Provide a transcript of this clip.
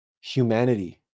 humanity